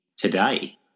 today